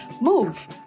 Move